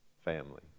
family